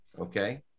Okay